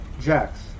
Jax